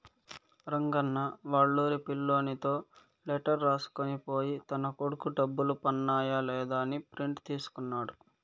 రంగన్న వాళ్లూరి పిల్లోనితో లెటర్ రాసుకొని పోయి తన కొడుకు డబ్బులు పన్నాయ లేదా అని ప్రింట్ తీసుకున్నాడు